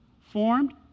Formed